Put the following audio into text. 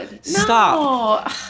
Stop